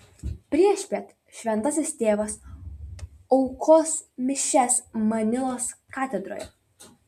priešpiet šventasis tėvas aukos mišias manilos katedroje